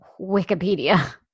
Wikipedia